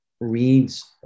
reads